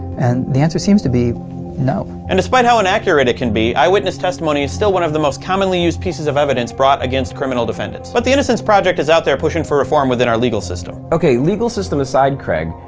and the answer seems to be no. and despite how inaccurate it can be, eyewitness testimony is still one of the most commonly used pieces of evidence brought against criminal defendants. but the innocence project is out there pushing for reform within our legal system. ok, legal system aside, craig,